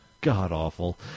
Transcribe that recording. god-awful